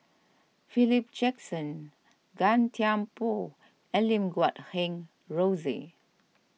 Philip Jackson Gan Thiam Poh and Lim Guat Kheng Rosie